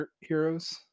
heroes